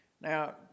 Now